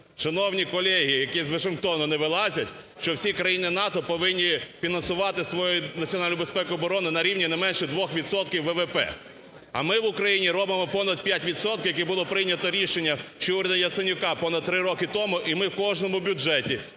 шановні колеги, які з Вашингтону не вилазять, що всі країни НАТО повинні фінансувати свою національну безпеку і оборону на рівні не менше 2 відсотків ВВП. А ми в Україні робимо понад 5 відсотків, які було прийнято рішення, ще уряд Яценюка, понад три роки тому. І ми в кожному бюджеті